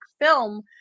film